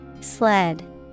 sled